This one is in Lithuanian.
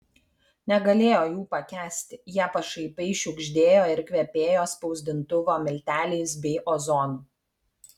negalėjo jų pakęsti jie pašaipiai šiugždėjo ir kvepėjo spausdintuvo milteliais bei ozonu